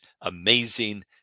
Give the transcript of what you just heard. amazing